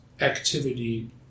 activity